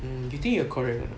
mm you think you are correct or not